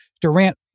Durant